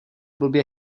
blbě